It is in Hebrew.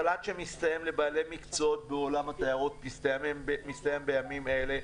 החל"ת שמסתיים לבעלי מקצועות בעולם התיירות מסתיים בימים אלה,